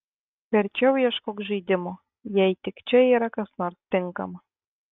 verčiau ieškok žaidimo jei tik čia yra kas nors tinkama